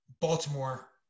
Baltimore